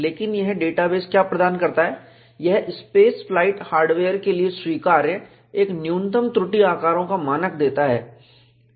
लेकिन यह डेटाबेस क्या प्रदान करता है यह स्पेस फ्लाइट हार्डवेयर के लिए स्वीकार्य एक न्यूनतम त्रुटि आकारों का मानक देता है